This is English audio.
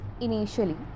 Initially